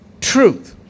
truth